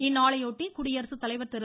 இந்நாளையொட்டி குடியரசுத்தலைவர் திரு